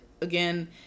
again